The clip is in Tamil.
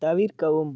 தவிர்க்கவும்